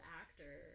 actor